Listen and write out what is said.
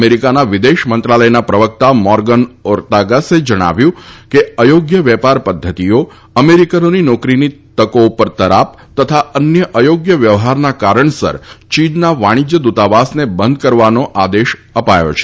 અમેરિકાના વિદેશ મંત્રાલયના પ્રવક્તા મોગર્ન ઓરતાગસે જણાવ્યું છે કે અયોગ્ય વેપાર પદ્ધતિઓ અમેરિકનોની નોકરીની તકો ઉપર તરાપ તથા અન્ય અયોગ્ય વ્યવહારના કારણસર ચીનના વાણિશ્ર્ય દૂતાવાસને બંધ કરવાના આદેશ અપાયા છે